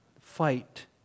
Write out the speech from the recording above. fight